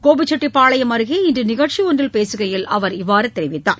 கோபிச்செட்டிப்பாளையம் அருகே இன்று நிகழ்ச்சி ஒன்றில் பேசுகையில் அவர் இவ்வாறு தெரிவித்தார்